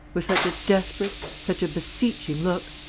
with such a desperate, such a beseeching look!